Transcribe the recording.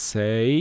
say